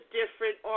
different